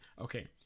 Okay